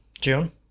june